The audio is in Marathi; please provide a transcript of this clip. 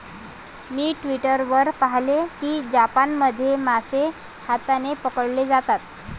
मी ट्वीटर वर पाहिले की जपानमध्ये मासे हाताने पकडले जातात